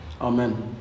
Amen